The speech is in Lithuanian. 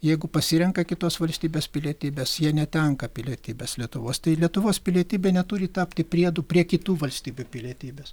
jeigu pasirenka kitos valstybės pilietybės jie netenka pilietybės lietuvos tai lietuvos pilietybė neturi tapti priedu prie kitų valstybių pilietybės